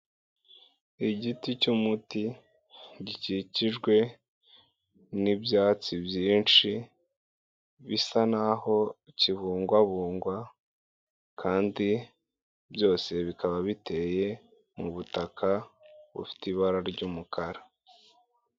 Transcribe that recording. Igiti cy'umuti gikikijwe n'ibyatsi byinshi bisa naho kibungwabungwa kandi byose bikaba biteye mu butaka bufite ibara ry'umukara.